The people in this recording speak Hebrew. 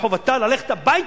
וחובתה ללכת הביתה.